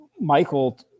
Michael